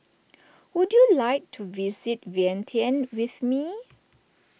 would you like to visit Vientiane with me